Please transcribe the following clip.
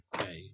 Okay